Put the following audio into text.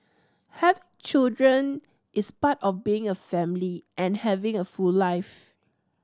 having children is part of being a family and having a full life